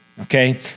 Okay